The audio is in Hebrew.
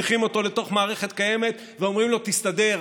מצניחים אותו לתוך מערכת קיימת ואומרים לו: תסתדר.